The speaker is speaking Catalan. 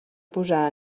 posar